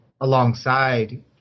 alongside